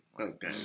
Okay